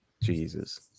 Jesus